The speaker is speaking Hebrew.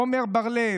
עמר בר לב,